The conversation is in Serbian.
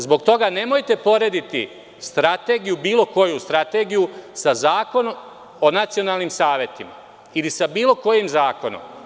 Zbog toga nemojte porediti strategiju bilo koju strategiju sa Zakonom o nacionalnim savetima, ili sa bilo kojim zakonom.